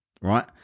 right